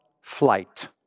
flight